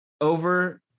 over